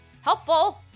helpful